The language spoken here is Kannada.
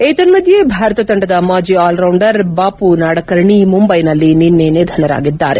ಏತನ್ನಧ್ಯೆ ಭಾರತ ತಂಡದ ಮಾಜಿ ಆಲ್ರೌಂಡರ್ ಬಾಪು ನಾಡಕರ್ಣಿ ಮುಂಬಯಿನಲ್ಲಿ ನಿನ್ನೆ ನಿಧನರಾಗಿದ್ದಾರೆ